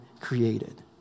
Created